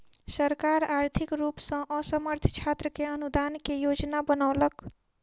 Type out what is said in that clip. सरकार आर्थिक रूप सॅ असमर्थ छात्र के अनुदान के योजना बनौलक